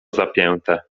zapięte